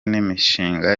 n’imishinga